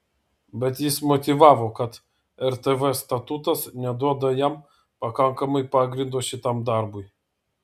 bet jis motyvavo kad rtv statutas neduoda jam pakankamai pagrindo šitam darbui